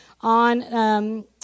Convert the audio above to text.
on